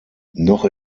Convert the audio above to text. noch